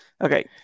Okay